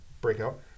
breakout